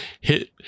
hit